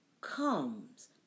comes